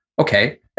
okay